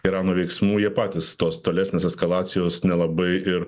irano veiksmų jie patys tos tolesnės eskalacijos nelabai ir